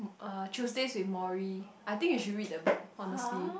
uh Tuesdays-with-Morrie I think you should read that book honestly